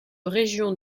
régions